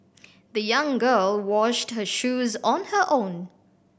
the young girl washed her shoes on her own